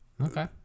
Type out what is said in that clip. Okay